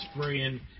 spraying